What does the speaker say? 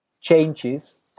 changes